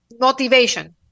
motivation